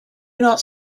not